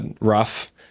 rough